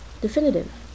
definitive